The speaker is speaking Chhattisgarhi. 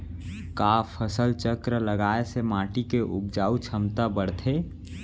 का फसल चक्र लगाय से माटी के उपजाऊ क्षमता बढ़थे?